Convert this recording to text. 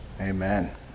Amen